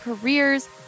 careers